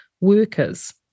workers